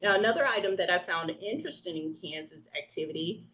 and another item that i found interesting, kansas activity,